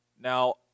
Now